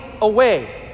away